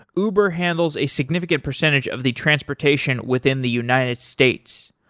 uber handles a significant percentage of the transportation within the united states.